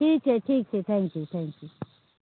ठीक छै ठीक छै थैंक यू थैंक यू